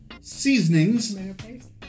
seasonings